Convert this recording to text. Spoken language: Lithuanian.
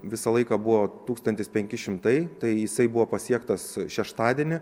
visą laiką buvo tūkstantis penki šimtai tai jisai buvo pasiektas šeštadienį